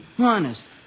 honest